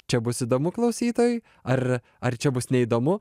čia bus įdomu klausytojui ar ar čia bus neįdomu